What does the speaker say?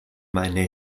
meine